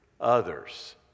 others